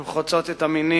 הן חוצות את המינים,